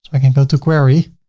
i can go to query,